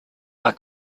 are